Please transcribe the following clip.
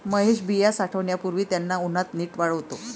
महेश बिया साठवण्यापूर्वी त्यांना उन्हात नीट वाळवतो